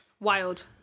Wild